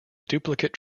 duplicate